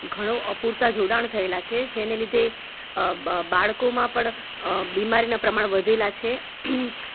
ઘણો અપૂરતા જોડાણ થયેલાં છે જેને લીધે બાળકોમાં પણ બીમારીનાં પ્રમાણ વધેલાં છે